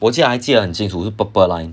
人家还记得很清楚是 purple line